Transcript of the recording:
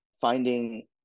finding